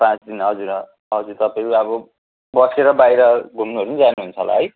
पाँच दिन हजुर अँ हजुर तपाईँहरू अब बसेर बाहिर घुम्नुहरू पनि जानुहुन्छ होला है